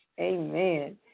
Amen